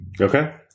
Okay